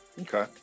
Okay